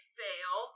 fail